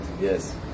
Yes